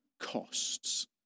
costs